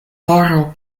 horo